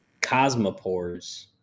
cosmopores